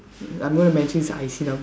I'm going to mention his I_C numb